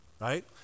right